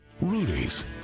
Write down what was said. Rudy's